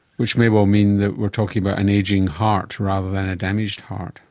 which may well mean that we are talking about an ageing heart rather than a damaged heart.